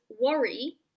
worry